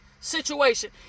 situation